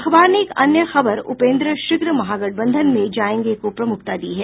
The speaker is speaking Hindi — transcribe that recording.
अखबार ने एक अन्य खबर उपेंद्र शीघ्र महागठबंधन में जायेंगे को प्रमुखता दी है